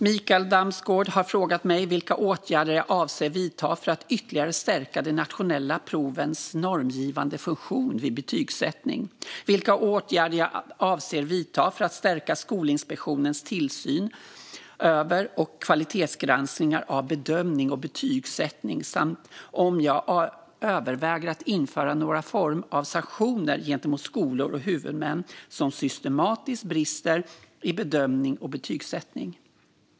Mikael Damsgaard har frågat mig vilka åtgärder jag avser att vidta för att ytterligare stärka de nationella provens normgivande funktion vid betygsättning, vilka åtgärder jag avser att vidta för att stärka Skolinspektionens tillsyn över och kvalitetsgranskning av bedömning och betygsättning samt om jag överväger att införa någon form av sanktioner gentemot skolor och huvudmän som systematiskt brister i bedömning och betygsättning.